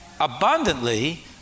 abundantly